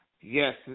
Yes